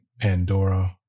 Pandora